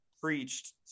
preached